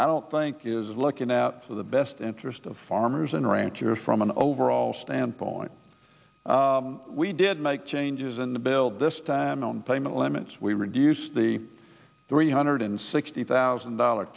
i don't think is looking out for the best interest of farmers and ranchers from an overall standpoint we did make changes in the bill this time around payment limits we reduced the three hundred sixty thousand dollar